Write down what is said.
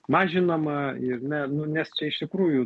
mažinama ir ne nu nes čia iš tikrųjų